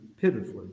pitifully